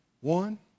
One